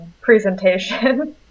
presentation